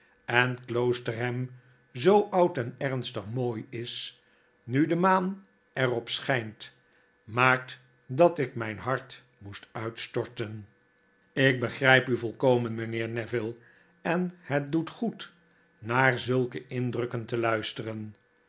en kloosterham zoo oud en ernstig mooi is nu de maan er op schijnt maakte dat ik mijn hart moest uitstorten lk begrijp u volkomen mijnheer neville en het doet goed naar zulke indrukken te luisteren